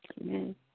Amen